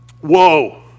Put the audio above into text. whoa